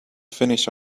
finish